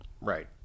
Right